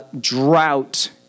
drought